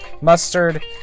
mustard